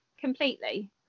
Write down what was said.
completely